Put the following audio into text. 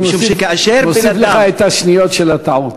אני מוסיף לך את השניות של הטעות.